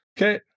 Okay